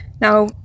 Now